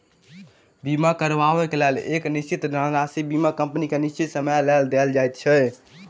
बीमा करयबाक लेल एक निश्चित धनराशि बीमा कम्पनी के निश्चित समयक लेल देल जाइत छै